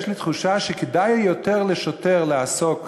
יש לי תחושה שכדאי יותר לשוטר לעסוק